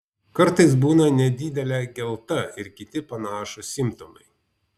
kartais būna nedidelė gelta ir kiti panašūs simptomai